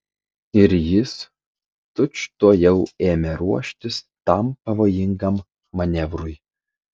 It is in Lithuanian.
ir jis tučtuojau ėmė ruoštis tam pavojingam manevrui